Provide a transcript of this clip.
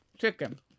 Chicken